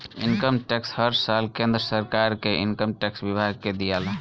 income tax हर साल केंद्र सरकार के इनकम टैक्स विभाग के दियाला